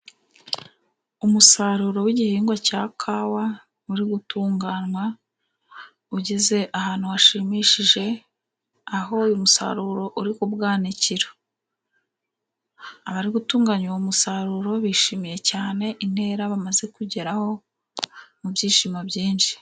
Umusaruro w'igihingwa cya kawa uri gutunganwa, ugeze ahantu hashimishije, aho uyu musaruro uri ku bwanikiro, abari gutunganya uwo musaruro, bishimiye cyane intera bamaze kugeraho mu byishimo byinshi.